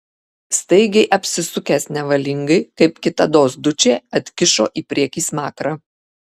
staigiai apsisukęs nevalingai kaip kitados dučė atkišo į priekį smakrą